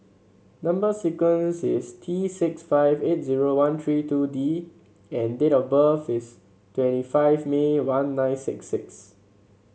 number sequence is T six five eight zero one three two D and date of birth is twenty five May one nine six six